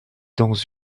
dans